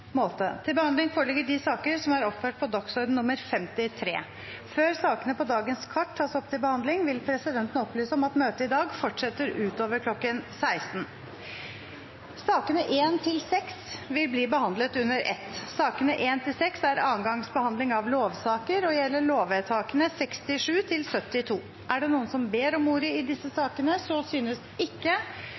til behandling, vil presidenten opplyse om at møtet i dag fortsetter utover kl. 16. Sakene nr. 1–6 vil bli behandlet under ett. Sakene nr. 1–6 er andre gangs behandling av lovsaker og gjelder lovvedtakene 67–72. Ber noen om ordet til disse sakene? – Så synes ikke,